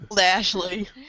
Ashley